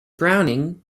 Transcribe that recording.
browning